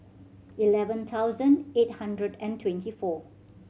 eleven thousand eight hundred and twenty four